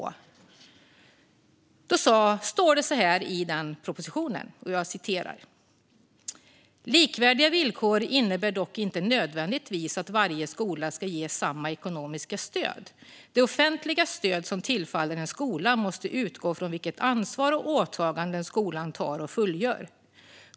Det står så här i den propositionen: "Likvärdiga villkor innebär dock inte nödvändigtvis att varje skola skall ges samma ekonomiska stöd. Det offentliga stöd som tillfaller en skola måste utgå från vilket ansvar och åtagande skolan tar och fullgör.